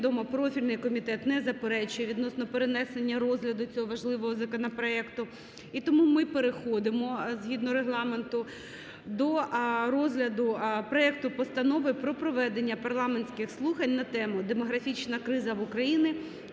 відомо, профільний комітет не заперечує відносно перенесення розгляду цього важливого законопроекту. І тому ми переходимо, згідно регламенту, до розгляду проекту Постанови про проведення парламентських слухань на тему: "Демографічна криза в Україні: